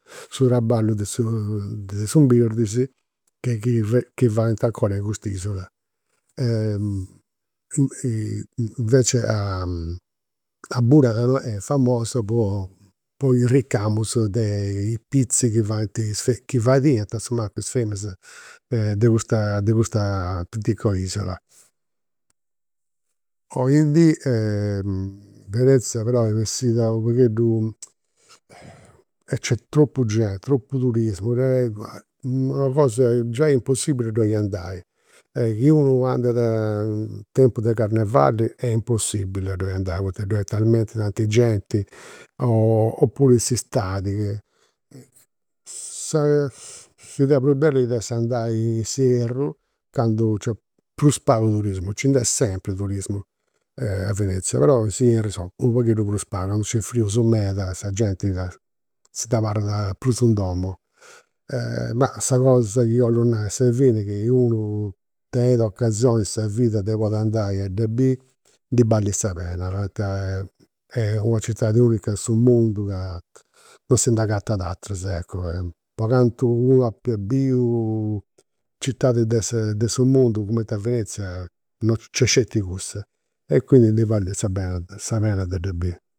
Su traballu de de s' imbirdis, chi faint 'ncora in cust'isola. invecias a Burano, est famosa po i' ricamus de i pizzi chi faint chi fadiant a su mancu is feminas de custa de custa pitica isula. Oindì, Venezia però est bessida u' pagheddu nc'est tropu genti, tropu turismu, una cosa impossibili a ddoi andai. Chi unu andat in tempu de carnevali est impossibili a ddoi andai, poita ddoi est talmenti tanti genti. Opuru in s'istadi s'idea prus bella iat essi andai in s'ierru, candu nc'est prus pagu turismu. Nci nd'est sempri turismu a Venezia, però in insoma u' pagheddu prus pagu, candu nc'est frius meda sa genti si nd'abarat prus in domu. Ma sa cosa chi 'ollu nai a sa fini, chi unu ocasioni in sa vida de podiri andai a dda biri, ndi balit sa pena, poita est una citadi unica in su mundu, non si nd'agatant ateras, eccu. Po cantu unu apa biu citadis de su mundu, cumenti a Venezia nc'est sceti cussa. E quindi ndi balit sa pena sa pena de dda biri